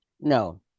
No